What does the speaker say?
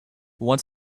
want